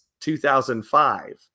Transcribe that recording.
2005